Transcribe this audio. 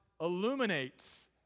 illuminates